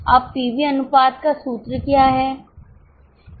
अब पीवी अनुपात का सूत्र क्या है